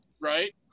right